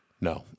No